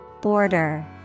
Border